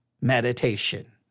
meditation